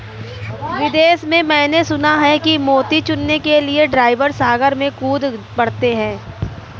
विदेश में मैंने सुना है कि मोती चुनने के लिए ड्राइवर सागर में कूद पड़ते हैं